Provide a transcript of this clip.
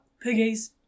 Piggies